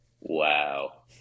Wow